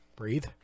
Breathe